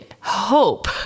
hope